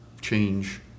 change